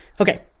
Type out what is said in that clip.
Okay